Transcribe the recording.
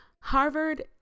Harvard